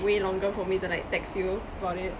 way longer for me to like text you about it